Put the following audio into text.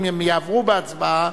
אם הן יעברו בהצבעה,